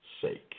sake